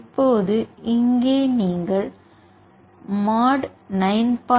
இப்போது இங்கே நீங்கள் mod 9